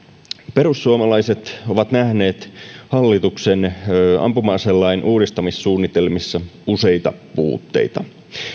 perussuomalaiset ovat nähneet hallituksen ampuma aselain uudistamissuunnitelmissa useita puutteita